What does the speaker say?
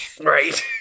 right